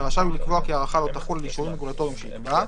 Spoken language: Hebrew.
ורשאי הוא לקבוע כי ההארכה לא תחול על אישורים רגולטוריים שיקבע.